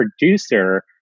producer